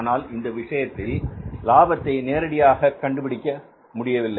ஆனால் இந்த விஷயத்தில் லாபத்தை நேரடியாக கண்டுபிடிக்கவில்லை